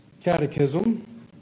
Catechism